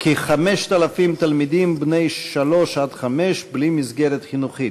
כ-5,000 תלמידים בני שלוש חמש בלי מסגרת חינוכית.